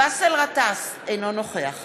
באסל גטאס, אינו נוכח